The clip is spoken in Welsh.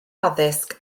addysg